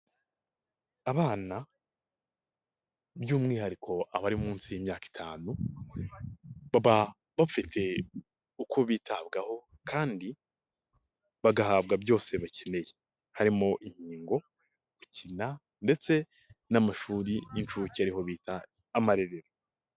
Abana by'umwihariko abari munsi y'imyaka itanu, baba bafite uko bitabwaho kandi bagahabwa byose bakeneye; harimo inkingo, gukina ndetse n'amashuri y'incuke ariho bita amarerero.